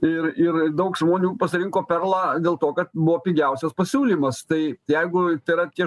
ir ir daug žmonių pasirinko perlą dėl to kad buvo pigiausias pasiūlymas tai jeigu tai yra tie